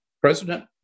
President